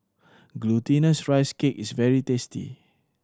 Glutinous Rice Cake is very tasty